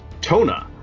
Tona